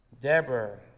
Deborah